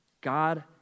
God